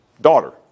daughter